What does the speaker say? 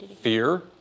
fear